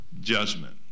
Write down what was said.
judgment